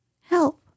help